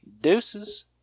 Deuces